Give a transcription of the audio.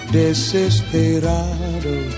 desesperado